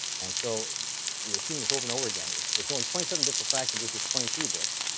and so you're seeing this over and over again. it's it's only twenty seven bits of fraction versus twenty three bits,